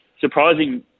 Surprising